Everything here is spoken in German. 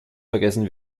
vergessen